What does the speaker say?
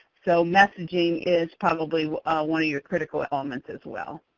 so, messaging is probably one of your critical elements as well.